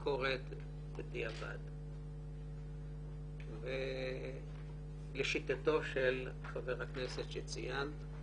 ביקורת בדיעבד לשיטתו של חבר הכנסת שציינת.